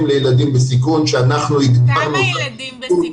לילדים בסיכון שאנחנו --- כמה ילדים בסיכון?